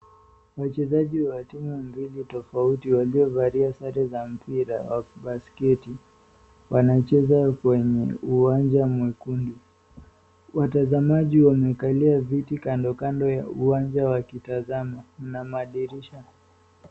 Wachezaji wa timu mbili tofauti waliovalia sare za mpira wa basketi wanacheza kwenye uwanja mwekundu. Watazamaji wamekalia viti kando kando ya uwanja wakitazama. Mna madirisha.